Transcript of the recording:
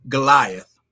Goliath